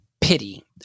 Pity